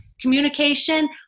communication